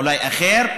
אולי אחר,